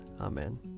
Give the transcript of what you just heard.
Amen